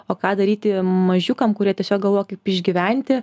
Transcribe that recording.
o ką daryti mažiukam kurie tiesiog galvoja kaip išgyventi